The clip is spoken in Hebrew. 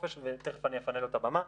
תיכף אני אפנה לו את הבמה.